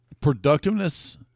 Productiveness